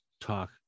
talk